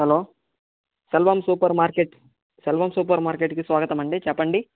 hello Selvam supermarket Selvam సూపర్ మార్కెట్కి స్వాగతమండి చెప్పండి